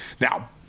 Now